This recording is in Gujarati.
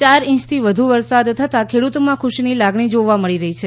ચાર ઇંચથી વધુ વરસાદ થતાં ખેડૂતોમાં ખુશીની લાગણી જોવા મળી રહી છે